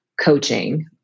coaching